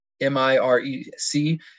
M-I-R-E-C